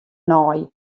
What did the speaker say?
nei